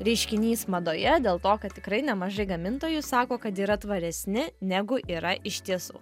reiškinys madoje dėl to kad tikrai nemažai gamintojų sako kad yra tvaresni negu yra iš tiesų